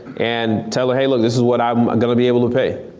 and tell her hey, like this is what i'm gonna be able to pay.